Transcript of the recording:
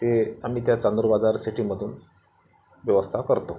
ते आम्ही त्या चांदूर बाजार सिटीमधून व्यवस्था करतो